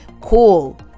cool